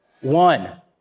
one